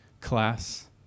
class